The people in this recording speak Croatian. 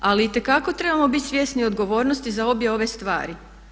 Ali itekako trebamo biti svjesni odgovornosti za obje ove stvari.